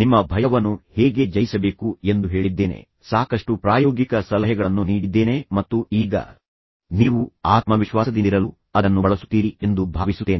ನಿಮ್ಮ ಭಯವನ್ನು ಹೇಗೆ ಜಯಿಸಬೇಕು ಎಂದು ಹೇಳಿದ್ದೇನೆ ಸಾಕಷ್ಟು ಪ್ರಾಯೋಗಿಕ ಸಲಹೆಗಳನ್ನು ನೀಡಿದ್ದೇನೆ ಮತ್ತು ಈಗ ನೀವು ಆತ್ಮವಿಶ್ವಾಸದಿಂದಿರಲು ಅದನ್ನು ಬಳಸುತ್ತೀರಿ ಎಂದು ಭಾವಿಸುತ್ತೇನೆ